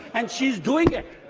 and she's doing it,